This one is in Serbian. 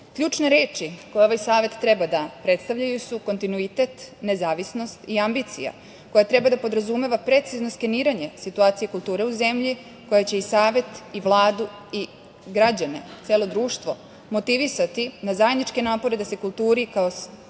pitanju. Ključne reči koje ovaj Savet treba da predstavljaju su kontinuitet, nezavisnost i ambicija koja treba da podrazumeva precizno skeniranje situacije kulture u zemlji, koja će i Savet i Vladu i građane, celo društvo, motivisati na zajedničke napore da se kulturi, kao celina,